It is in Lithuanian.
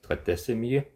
pratęsėm jį